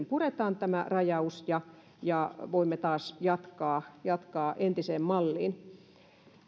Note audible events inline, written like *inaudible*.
*unintelligible* puretaan ja ja voimme taas jatkaa jatkaa entiseen malliin